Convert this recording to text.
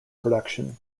production